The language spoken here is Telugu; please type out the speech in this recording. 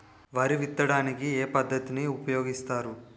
వరి విత్తడానికి ఏ పద్ధతిని ఉపయోగిస్తారు?